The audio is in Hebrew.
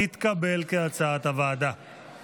כהצעת הוועדה, התקבל.